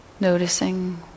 noticing